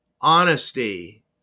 honesty